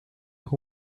who